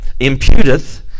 imputeth